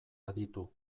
aditu